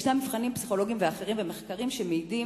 ישנם מבחנים פסיכולוגים ואחרים ומחקרים שמעידים